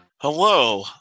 Hello